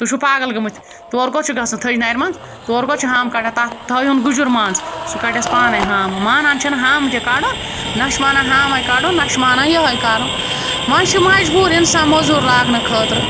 تُہۍ چھُو پاگَل گٔمٕتۍ تور کوٚت چھِ گژھُن تھٔجنارِ منٛز تور کوٚت چھِ ہامہٕ کَڑان تَتھ تھٲے ہُن گُجُر منٛز سُہ کَڑٮ۪س پانَے ہامہٕ مانان چھِنہٕ ہامہٕ تہِ کَڑُن نہ چھِ مانان ہامَے کَڑُن نہ چھِ مانان یِہٕے کَرُن وۄںۍ چھِ مجبوٗر اِنسان مٔزوٗر لاگنہٕ خٲطرٕ